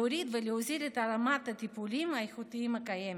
להוריד ולהוזיל את רמת הטיפוליים האיכותיים הקיימת.